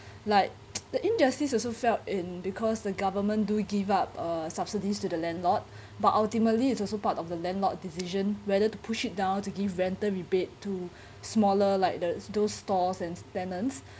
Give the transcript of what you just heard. like the injustice also felt in because the government do give up uh subsidies to the landlord but ultimately it's also part of the landlord decision whether to push it down to give rental rebate to smaller like the those stores and tenants